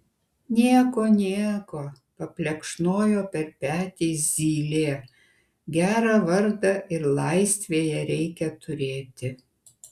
nieko nieko paplekšnojo per petį zylė gerą vardą ir laisvėje reikia turėti